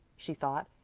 she thought,